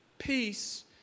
Peace